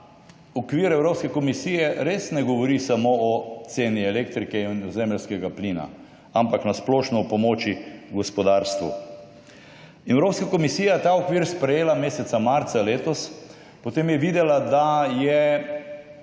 okvir Evropske komisije res ne govori samo o ceni elektrike in zemeljskega plina, ampak na splošno o pomoči gospodarstvu. Evropska komisija je ta okvir sprejela meseca marca letos. Potem je videla, da je